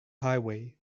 highway